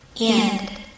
End